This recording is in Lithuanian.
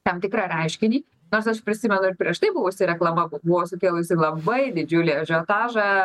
tam tikrą reiškinį nors aš prisimenu ir prieš tai buvusi reklama kur buvo sukėlusi labai didžiulį ažiotažą